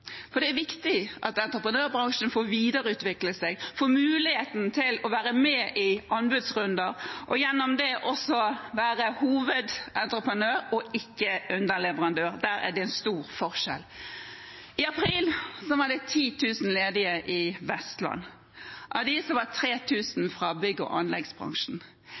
for det er viktig at entreprenørbransjen får videreutviklet seg, får muligheten til å være med i anbudsrunder og gjennom det også være hovedentreprenør, ikke underleverandør. Der er det en stor forskjell. I april var det 10 000 ledige i Vestland, av dem var 3 000 fra bygg- og anleggsbransjen.